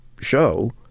show